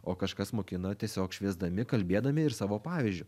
o kažkas mokino tiesiog šviesdami kalbėdami ir savo pavyzdžiu